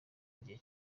igihe